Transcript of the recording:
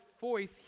voice